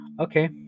okay